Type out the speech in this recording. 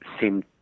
seem